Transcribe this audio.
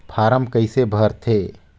Form कइसे भरते?